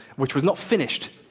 which was not finished.